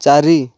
ଚାରି